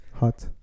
hot